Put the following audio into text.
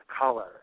color